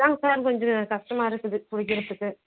அதான்ங்க sir கொஞ்சம் கஷ்டமாக இருக்குது குடிக்கிறதுக்கு